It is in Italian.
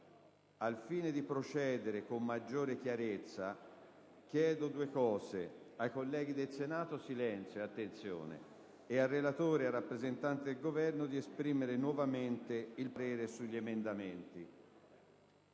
Al fine di procedere con maggiore chiarezza, chiedo due cose: ai colleghi del Senato silenzio e attenzione ed al relatore e alla rappresentante del Governo di esprimere nuovamente il proprio parere sugli emendamenti